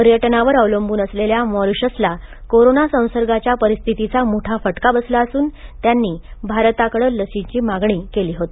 पर्यटनावर अवलंबून असलेल्या मॉरीशसला कोरोना संसर्गाच्या परिस्थितीचा मोठा फटका बसला असून त्यांनी भारताकडे लसींची मागणी केली होती